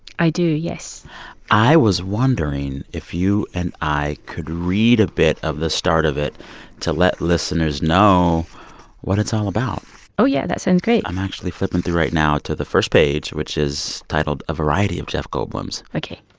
i do, yes i was wondering if you and i could read a bit of the start of it to let listeners know what it's all oh, yeah. that sounds great i'm actually flipping through right now to the first page, which is titled a variety of jeff goldblums. ok.